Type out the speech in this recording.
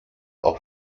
auch